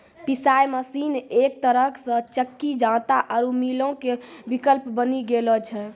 पिशाय मशीन एक तरहो से चक्की जांता आरु मीलो के विकल्प बनी गेलो छै